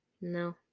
No